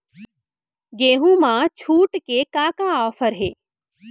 गेहूँ मा छूट के का का ऑफ़र हे?